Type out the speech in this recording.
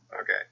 Okay